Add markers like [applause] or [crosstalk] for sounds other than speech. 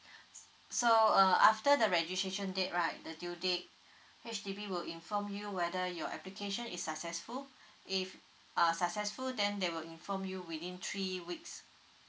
[breath] s~ so uh after the registration date right the due date H_D_B will inform you whether your application is successful if uh successful then they will inform you within three weeks